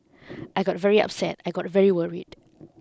I got very upset I got very worried